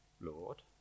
Lord